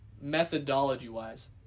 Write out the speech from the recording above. methodology-wise